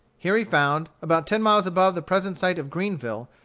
here he found, about ten miles above the present site of greenville,